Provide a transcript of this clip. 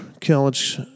college